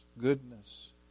goodness